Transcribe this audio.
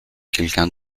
quelqu’un